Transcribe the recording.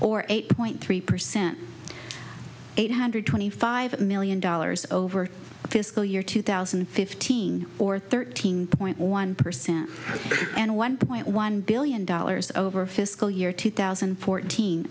or eight point three percent eight hundred twenty five million dollars over fiscal year two thousand and fifteen or thirteen point one percent and one point one billion dollars over fiscal year two thousand and fourteen